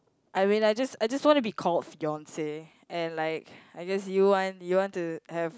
I when I just I just want to be called fiance and like I just you want you want to have